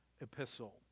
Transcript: epistle